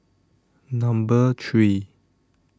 Number three